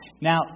Now